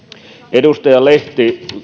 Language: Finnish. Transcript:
edustaja lehti kysyi kun